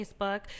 Facebook